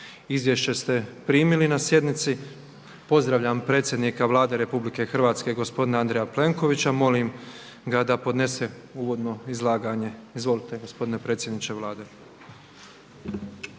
Izvješće ste primili na sjednici. Pozdravljam predsjednika Vlade Republike Hrvatske gospodina Andreja Plenkovića. Molim ga da podnese uvodno izlaganje. Izvolite gospodine predsjedniče Vlade.